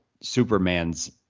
Superman's